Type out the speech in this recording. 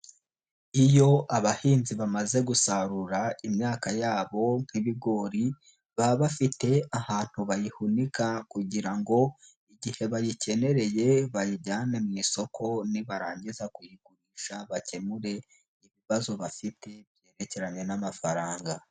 Iyo abahinzi bamaze gusarura imyaka yabo nk'ibigori baba bafite ahantu bayihunika kugira ngo igihe bayikenereye bayijyane mu isoko nibarangiza kuyigurisha bakemure ibibazo bafite byerekeranye n'amafaranga.